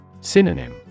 Synonym